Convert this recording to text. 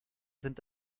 sind